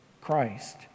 Christ